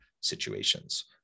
situations